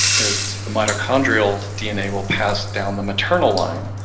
is the mitochondrial dna will pass down the maternal line.